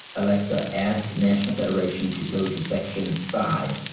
alexa ask national federation to go to section five.